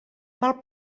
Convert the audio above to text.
val